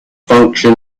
function